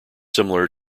similar